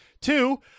Two